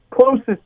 closest